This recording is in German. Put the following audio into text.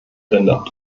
rinder